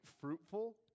fruitful